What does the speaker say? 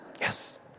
Yes